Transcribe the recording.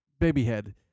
Babyhead